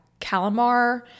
Calamar